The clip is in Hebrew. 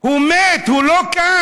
הוא מת, הוא לא כאן.